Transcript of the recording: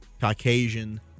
Caucasian